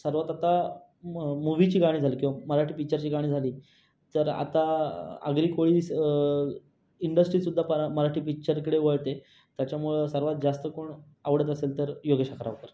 सर्वात आता मूवीची गाणी झाली किंवा मराठी पिच्चरची गाणी झाली तर आता आगरी कोळी इंडस्ट्रीसुद्धा परा मराठी पिच्चरकडे वळते त्याच्यामुळं सर्वात जास्ती कोण आवडतं असेल तर योगेश आग्रावकर